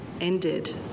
ended